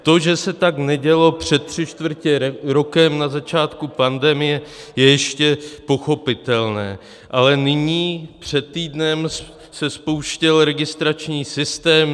To, že se tak nedělo před tři čtvrtě rokem na začátku pandemie, je ještě pochopitelné, ale nyní před týdnem se spouštěl registrační systém.